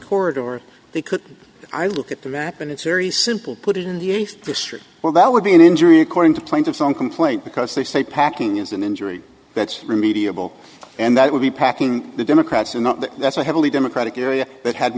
corridor or they could i look at the map and it's very simple put it in the eighth district well that would be an injury according to plaintiff's own complaint because they say packing is an injury that's remediable and that would be packing the democrats in not that that's a heavily democratic area that had